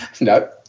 No